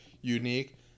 unique